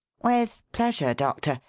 with pleasure, doctor,